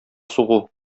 сугу